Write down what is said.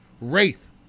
wraith